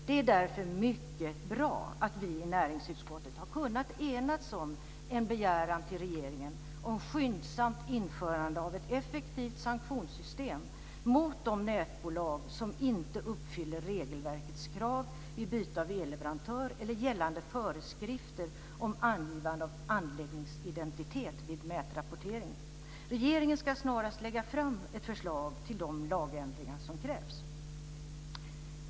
Det är därför mycket bra att vi i näringsutskottet har kunnat enats om en begäran till regeringen om ett skyndsamt införande av ett effektivt sanktionssystem mot de nätbolag som inte uppfyller regelverkets krav vid byte elleverantör eller gällande föreskrifter om angivande av anläggningsidentitet vid mätrapportering. Regeringen ska snarast lägga fram ett förslag till de lagändringar som krävs.